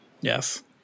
Yes